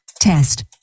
test